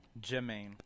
Jermaine